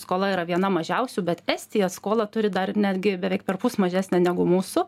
skola yra viena mažiausių bet estija skolą turi dar netgi beveik perpus mažesnę negu mūsų